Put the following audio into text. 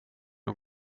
att